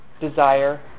desire